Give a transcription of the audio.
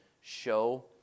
show